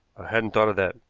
hadn't thought of that.